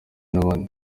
w’abandi